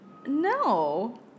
No